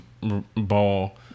ball